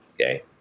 Okay